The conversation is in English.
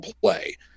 play